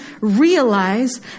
realize